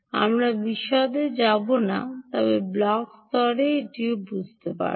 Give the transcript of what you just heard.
আমরা বিশদে যাব না তবে ব্লক স্তরে এখনও বুঝতে পারি